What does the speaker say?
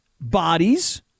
bodies